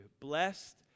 Blessed